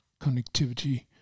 connectivity